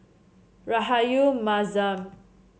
Rahayu Mahzam